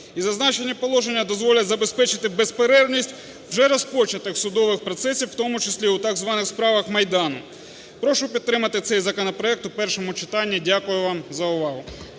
І зазначені положення дозволять забезпечити безперервність вже розпочатих судових процесів, в тому числі у так званих справах Майдану. Прошу підтримати цей законопроект у першому читанні. Дякую вам за увагу.